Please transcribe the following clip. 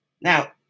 Now